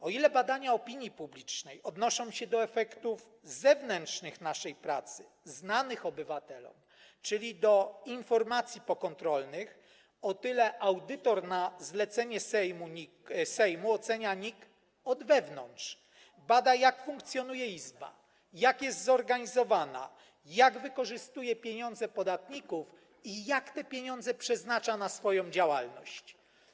O ile badania opinii publicznej odnoszą się do efektów zewnętrznych naszej pracy, znanych obywatelom, czyli do informacji pokontrolnych, o tyle audytor na zlecenie Sejmu ocenia NIK od wewnątrz, bada, jak funkcjonuje Izba, jak jest zorganizowana, jak wykorzystuje pieniądze podatników i jak te pieniądze przeznacza na swoją działalność.